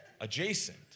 adjacent